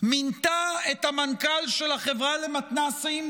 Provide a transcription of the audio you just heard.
מינתה את המנכ"ל של החברה למתנ"סים